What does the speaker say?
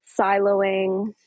siloing